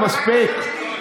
חבר הכנסת אבוטבול, מספיק.